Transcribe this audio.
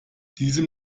diesem